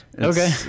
Okay